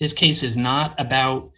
this case is not about